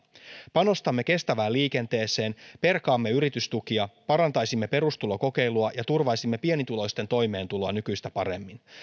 panostamme kestävään liikenteeseen perkaamme yritystukia parantaisimme perustulokokeilua ja turvaisimme pienituloisten toimeentuloa nykyistä paremmin